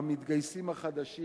המתגייסים החדשים,